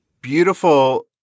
beautiful